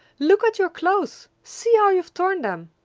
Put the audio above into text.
look at your clothes! see how you've torn them!